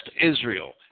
Israel